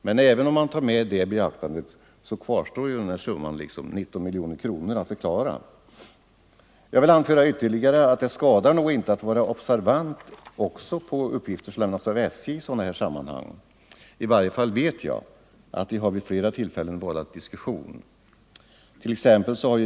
Men även om man beaktar det kvarstår den här summan —- 19 miljoner kronor — att förklara. Det skadar nog inte att vara observant också på uppgifter som lämnas av SJ i sådana här sammanhang. I varje fall vet 81 jag att dessa vid flera tillfällen har vållat diskussion.